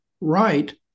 right